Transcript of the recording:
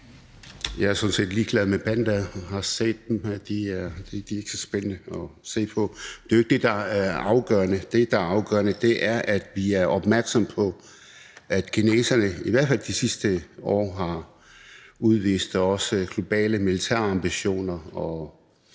set ligeglad med pandaer – jeg har set dem, og de er ikke så spændende at se på. Det er jo ikke det, der er afgørende. Det, der er afgørende, er, at vi er opmærksomme på, at kineserne, i hvert fald de sidste år, også har udvist globale militære ambitioner;